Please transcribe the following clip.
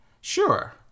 Sure